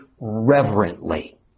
reverently